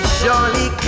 surely